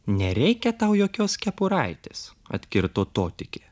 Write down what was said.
nereikia tau jokios kepuraitės atkirto totikė